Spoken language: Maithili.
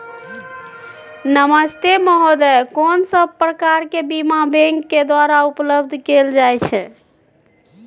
नमस्ते महोदय, कोन सब प्रकार के बीमा बैंक के द्वारा उपलब्ध कैल जाए छै?